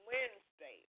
Wednesday